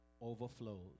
overflows